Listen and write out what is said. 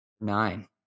Nine